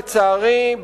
לצערי,